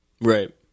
Right